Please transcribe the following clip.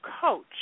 coach